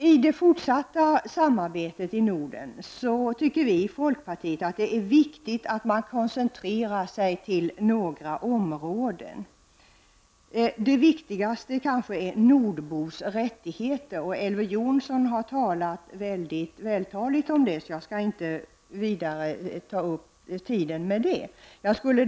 I det fortsatta samarbetet i Norden tycker vi i folkpartiet att det är viktigt att koncentrera sig till några områden. Det viktigaste är kanske nordbors rättigheter. Elver Jonsson har talat mycket vältaligt om denna fråga.